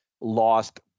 lost